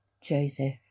Joseph